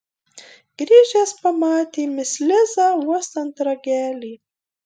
grįžęs pamatė mis lizą uostant ragelį